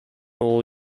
all